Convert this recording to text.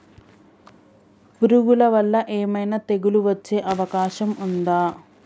పురుగుల వల్ల ఏమైనా తెగులు వచ్చే అవకాశం ఉందా?